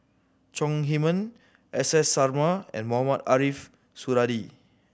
Chong Heman S S Sarma and Mohamed Ariff Suradi